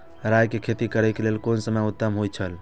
राय के खेती करे के लेल कोन समय उत्तम हुए छला?